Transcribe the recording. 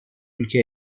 ülke